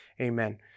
Amen